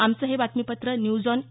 आमचं हे बातमीपत्र न्यूज ऑन ए